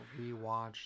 rewatch